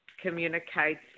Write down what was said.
communicates